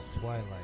Twilight